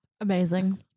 Amazing